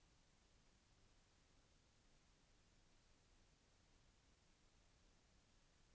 నా బ్యాంక్ కి ఆధార్ లింక్ చేసుకోవడం ఎలా?